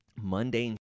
mundane